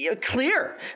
clear